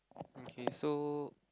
okay so